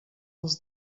als